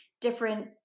different